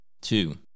Two